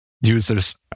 users